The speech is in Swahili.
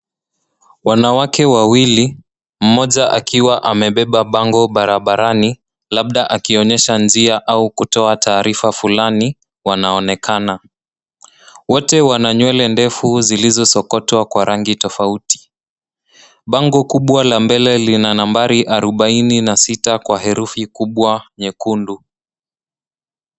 Wanawake wawili mmoja akiwa amebeba bango barabarani labda akionyesha njia au kutoa taarifa fulani. Wanaonekana wote wana nywele ndefu zilizosokotwa kwa rangi tofauti. Bango kubwa la mbele lina nambari 46 kwa herufi kubwa nyekundu.